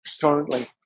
currently